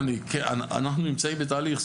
אנחנו נמצאים בתהליך.